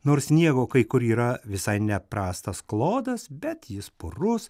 nors sniego kai kur yra visai neprastas klodas bet jis purus